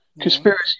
conspiracy